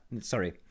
Sorry